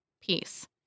peace